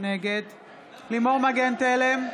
נגד לימור מגן תלם,